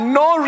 no